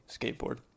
skateboard